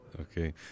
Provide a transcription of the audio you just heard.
Okay